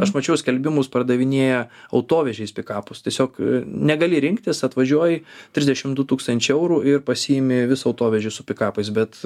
aš mačiau skelbimus pardavinėja autovėžiais pikapus tiesiog negali rinktis atvažiuoji trisdešim du tūkstančiai eurų ir pasiimi visą autovėžį su pikapais bet